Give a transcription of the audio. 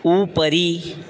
उपरि